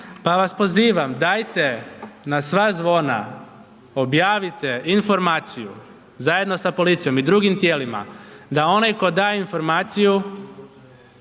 Pa vas pozivam dajte na sva zvona objavite informaciju, zajedno sa policijom i drugim tijelima da onaj tko daje informaciju